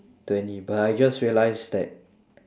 twenty but I just realised that